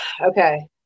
okay